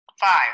Five